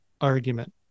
argument